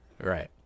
Right